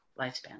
lifespan